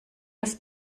das